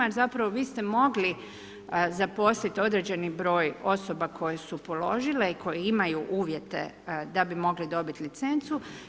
Jer zapravo, vi ste mogli zaposliti određeni broj osoba koje su položile i koje imaju uvjete da bi mogle dobiti licencu.